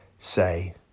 say